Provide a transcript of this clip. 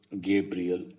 Gabriel